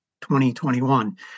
2021